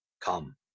come